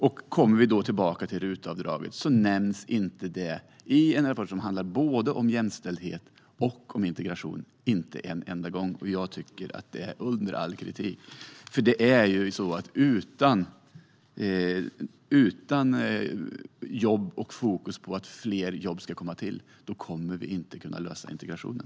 RUT-avdraget nämns dock inte en enda gång i ett betänkande som handlar om både jämställdhet och integration. Jag tycker att det är under all kritik. Utan fokus på att fler jobb ska komma till kommer vi inte att kunna lösa integrationen.